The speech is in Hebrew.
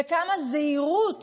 וכמה זהירות